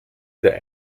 der